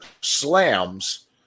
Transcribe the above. slams